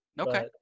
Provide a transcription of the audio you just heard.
Okay